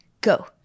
go